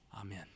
Amen